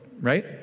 right